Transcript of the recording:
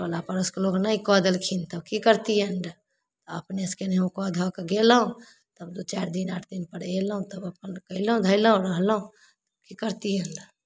टोला पड़ोसके लोग नहि कऽ देलखिन तऽ की करतियनि रऽ अपने से केनेहु कऽ धऽ कऽ गेलौ तब दू चाइर दिन आठ दिन पर एलौ तब अपन केलौ धेलौ रहलौ की करतियैनरऽ